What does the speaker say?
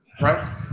right